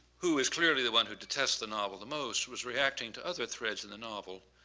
who is clearly the one who detests the novel the most was reacting to other threats in the novel,